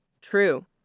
True